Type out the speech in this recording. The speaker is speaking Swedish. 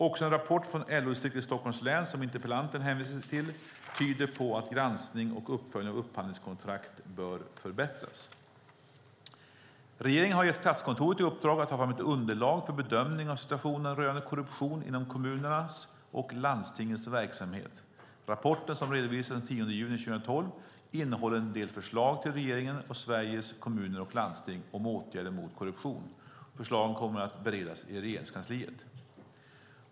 Också den rapport från LO-distriktet i Stockholms län som interpellanten hänvisar till tyder på att granskning och uppföljning av upphandlingskontrakt bör förbättras. Regeringen har gett Statskontoret i uppdrag att ta fram ett underlag för bedömning av situationen rörande korruption inom kommunernas och landstingens verksamhet. Rapporten, som redovisades den 10 juni 2012, innehåller en del förslag till regeringen och Sveriges kommuner och landsting om åtgärder mot korruption. Förslagen kommer att beredas i Regeringskansliet.